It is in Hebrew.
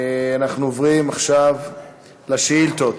אנחנו עוברים עכשיו לשאילתות.